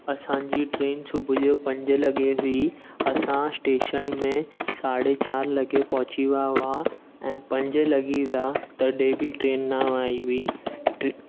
असांजी ट्रेन सुबुह जो पंजे लॻे हुई असां स्टेशन में साढे चारि लॻे पहुची विया हुआ ऐं पंज लॻी विया तॾहिं बि ट्रेन न आई हुई ट्र